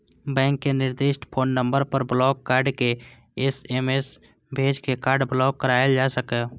bank के निर्दिष्ट phone number पर ब्लॉक कार्ड के एस.एम.एस भेज के कार्ड ब्लॉक कराएल जा सकैए